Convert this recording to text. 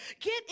get